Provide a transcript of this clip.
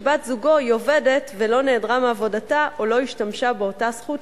שבת-זוגו עובדת ולא נעדרה מעבודתה או לא השתמשה באותה זכות,